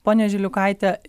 ponia žiliukaite